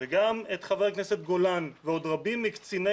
וגם את חבר הכנסת גולן ועוד רבים מקציני